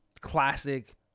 classic